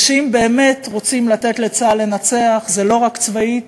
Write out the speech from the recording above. ואם באמת רוצים לתת לצה"ל לנצח זה לא רק צבאי,